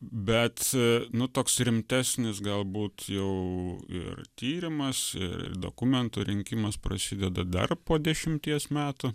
bet nu toks rimtesnis galbūt jau ir tyrimas ir dokumentų rinkimas prasideda dar po dešimties metų